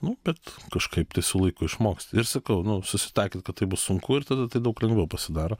nu bet kažkaip tai su laiku išmoksti ir sakau nu susitaikyt kad tai bus sunku ir tada tai daug lengviau pasidaro